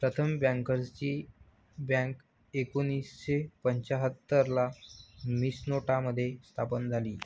प्रथम बँकर्सची बँक एकोणीसशे पंच्याहत्तर ला मिन्सोटा मध्ये स्थापन झाली